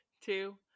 two